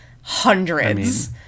hundreds